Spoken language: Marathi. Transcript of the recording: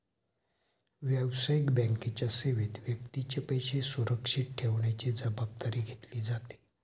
व्यावसायिक बँकेच्या सेवेत व्यक्तीचे पैसे सुरक्षित ठेवण्याची जबाबदारी घेतली जाते